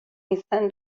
izan